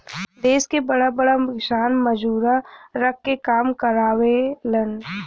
देस के बड़ा बड़ा किसान मजूरा रख के काम करावेलन